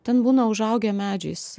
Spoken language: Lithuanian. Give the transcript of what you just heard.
ten būna užaugę medžiais